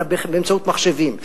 באמצעות מחשבים,